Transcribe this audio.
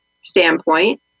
standpoint